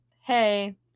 hey